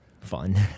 fun